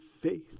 faith